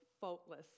faultless